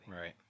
Right